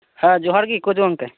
ᱦᱮᱸ ᱡᱚᱦᱟᱨᱜᱮ ᱠᱳᱪ ᱜᱚᱝᱠᱮ